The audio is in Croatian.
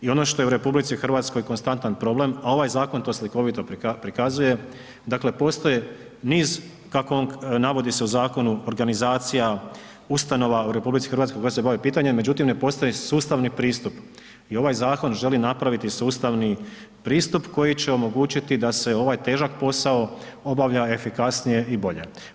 I ono što je u RH konstantan problem a ovaj zakon to slikovito prikazuje, dakle postoje niz kako navodi se u zakonu, organizacija, ustanova u RH koja se bave pitanjem međutim ne postoji sustavni pristup i ovaj zakon želi napraviti sustavni pristup koji će omogućiti da se ovaj težak posao obavlja efikasnije i bolje.